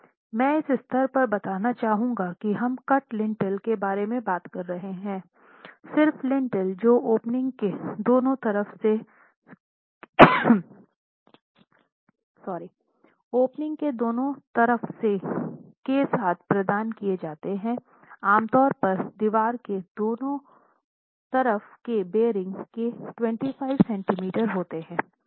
मैं इस स्तर पर बताना चाहूँगा कि हम कट लिंटल्स के बारे में बात कर रहे हैं सिर्फ लिंटल्स जो ओपनिंग के दोनों तरफ के साथ प्रदान किए जाते हैं आम तौर पर दीवार के दोनों तरफ के बेअरिंग के 25 सेंटीमीटर होते हैं